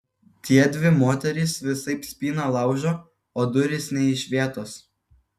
tiedvi moterys visaip spyną laužo o durys nė iš vietos